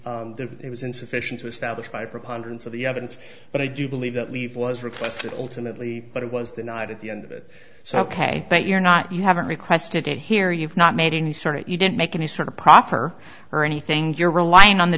e it was insufficient to establish by preponderance of the evidence but i do believe that leave was requested alternately but it was the night at the end of it so that you're not you haven't requested it here you've not made any sort of you didn't make any sort of proffer or anything you're relying on the